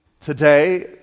today